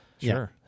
Sure